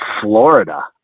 Florida